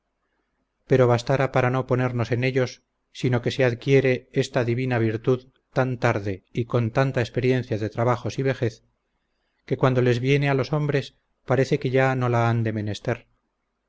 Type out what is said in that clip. trabajos y adversidades pero bastara para no ponernos en ellos sino que se adquiere esta divina virtud tan tarde y con tanta experiencia de trabajos y vejez que cuando les viene a los hombres parece que ya no la han de menester